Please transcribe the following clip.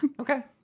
Okay